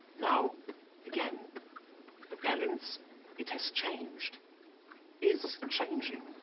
now again balance it has changed is changing.